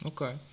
Okay